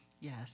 Yes